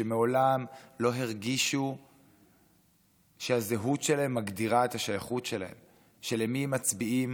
שמעולם לא הרגישו שהזהות שלהם מגדירה את השייכות שלהם ושלמי הם מצביעים